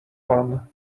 fun